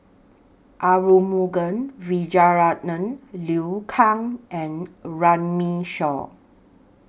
Arumugam Vijiaratnam Liu Kang and Runme Shaw